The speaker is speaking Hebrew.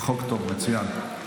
חוק טוב, מצוין.